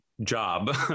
job